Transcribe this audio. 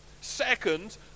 Second